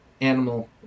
animal